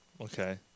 Okay